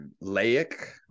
Laic